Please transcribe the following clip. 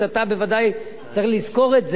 אתה בוודאי צריך לזכור את זה,